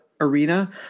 arena